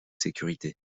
sécurité